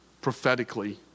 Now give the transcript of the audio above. prophetically